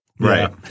Right